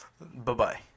Bye-bye